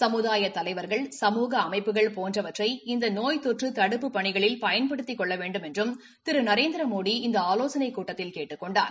சமுதாய தலைவர்கள் சமூக அமைப்புகள் போன்றவற்றை இந்த நோய் தொற்று தடுப்புப் பணிகளில் பயன்படுத்திக் கொள்ள வேண்டுமென்றும் திரு நரேந்திரமோடி இந்த ஆலோசனைக் கூட்டத்தில் கேட்டுக் கொண்டார்